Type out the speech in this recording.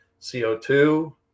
CO2